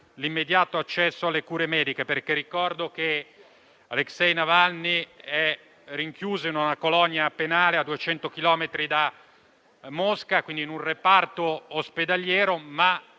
l'immediato accesso alle cure mediche. Ricordo che Alexei Navalny è rinchiuso in una colonia penale a 200 chilometri da Mosca, in un reparto ospedaliero, ma